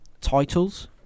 titles